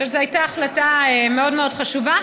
אני חושבת שזו הייתה החלטה מאוד מאוד חשובה.